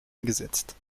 angesetzt